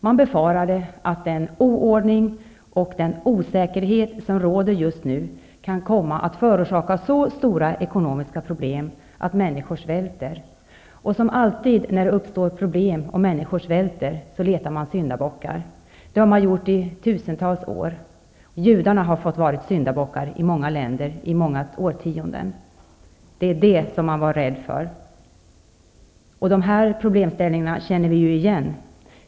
De befarade att den oordning och den osäkerhet som just nu råder kan komma att förorsaka så stora ekonomiska problem att människor svälter. Som alltid när det uppstår problem och människor svälter letar man efter syndabockar -- det har man gjort i tusentals år. Judarna har fått vara syndabockarna i många länder i många årtionden. Det är det som man är rädd för. Den problemställningen känner vi igen.